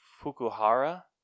Fukuhara